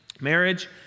Marriage